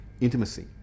intimacy